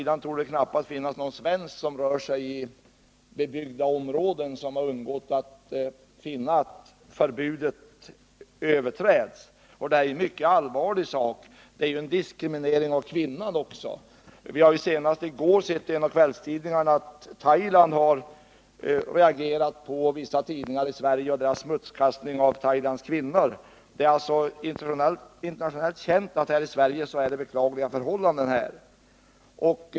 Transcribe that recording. Det torde knappast finnas någon svensk som rör sig i bebyggda områden som har undgått att finna att förbudet överträds. Det är en mycket allvarlig sak, och det är också en diskriminering av kvinnan. Vi såg senast i går i en av kvällstidningarna att Thailand har reagerat mot vissa tidningar i Sverige och deras smutskastning av Thailands kvinnor. Det är alltså internationellt känt att det här i Sverige är beklagliga förhållanden.